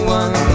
one